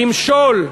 למשול.